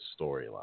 storyline